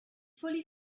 fully